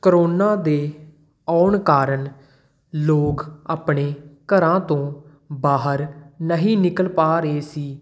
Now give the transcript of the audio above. corona ਦੇ ਆਉਣ ਕਾਰਨ ਲੋਕ ਆਪਣੇ ਘਰਾਂ ਤੋਂ ਬਾਹਰ ਨਹੀਂ ਨਿਕਲ ਪਾ ਰਹੇ ਸੀ